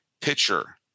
pitcher